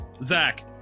Zach